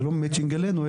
וזה לא מצ'ינג אלינו,